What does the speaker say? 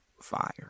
fire